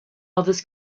others